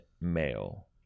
male